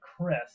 Chris